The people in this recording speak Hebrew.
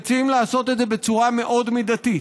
אנחנו מציעים לעשות את זה בצורה מאוד מידתית,